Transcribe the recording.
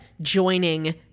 joining